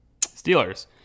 Steelers